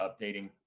updating